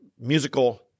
musical